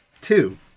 two